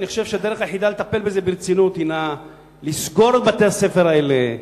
אני חושב שהדרך היחידה לטפל בזה ברצינות הינה לסגור את בתי-הספר האלה,